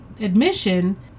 admission